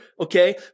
okay